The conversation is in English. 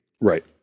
right